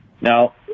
Now